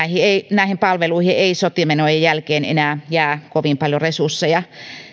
näihin palveluihin ei sote menojen jälkeen enää jää kovin paljon resursseja